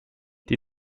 die